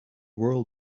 world